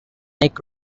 nick